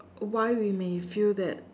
why we may feel that